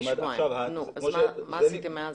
מה עשיתם אמז?